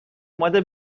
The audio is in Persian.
اومده